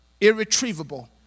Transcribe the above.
irretrievable